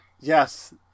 Yes